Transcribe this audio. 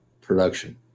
production